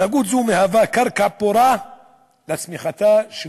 התנהגות זו מהווה קרקע פורה לצמיחתה של